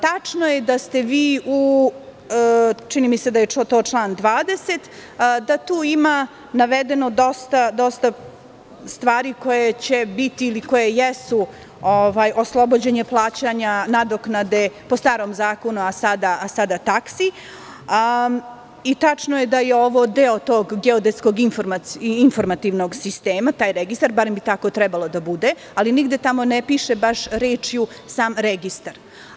Tačno je da u, čini mi se, članu 20. ima navedeno dosta stvari koje će biti, ili koje jesu, oslobođenje plaćanja nadoknade po starom zakonu, a sada taksi i tačno je da je ovo deo tog geodetskog informativnog sistema, taj registar, barem bi tako trebalo da bude, ali nigde tamo ne piše baš rečju - sam registar.